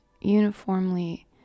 uniformly